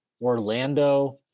Orlando